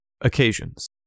occasions